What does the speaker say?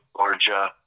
Georgia